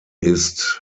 ist